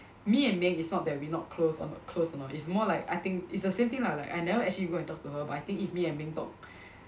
me and Ming it's not that we not close or close or not is more like I think it's the same thing lah like I never actually go and talk to her but I think if me and Ming talk